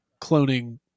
cloning